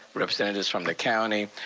representatives from the county,